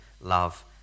love